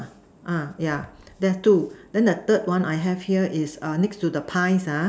uh yeah that's two then the third one I have here is err next to the pies ah